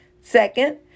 Second